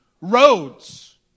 roads